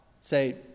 say